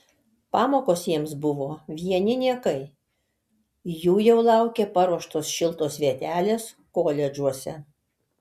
pamokos jiems buvo vieni niekai jų jau laukė paruoštos šiltos vietelės koledžuose